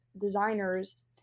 designers